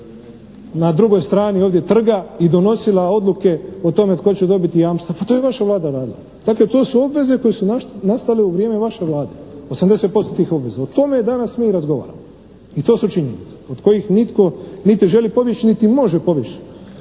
na drugoj strani ovdje trga i donosila odluke o tome tko će dobiti jamstva. Pa to je vaša Vlada radila. Dakle to su obveze koje su nastale u vrijeme vaše Vlade. 80% tih obveza. O tome danas mi razgovaramo. I to su činjenice od kojih nitko niti želi pobjeći niti može pobjeći.